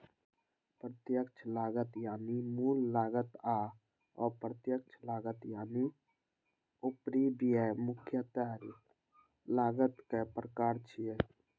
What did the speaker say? प्रत्यक्ष लागत यानी मूल लागत आ अप्रत्यक्ष लागत यानी उपरिव्यय मुख्यतः लागतक प्रकार छियै